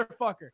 motherfucker